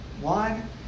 one